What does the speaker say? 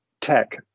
tech